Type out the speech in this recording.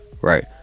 Right